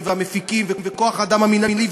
והמפיקים וכוח-האדם המינהלי,